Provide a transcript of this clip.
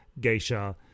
geisha